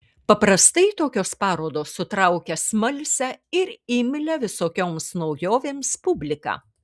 paprastai tokios parodos sutraukia smalsią ir imlią visokioms naujovėms publiką